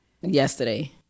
Yesterday